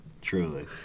Truly